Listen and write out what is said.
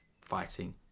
fighting